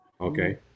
Okay